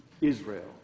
Israel